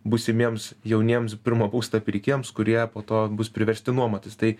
būsimiems jauniems pirmo būsto pirkėjams kurie po to bus priversti nuomotis tai